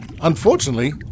Unfortunately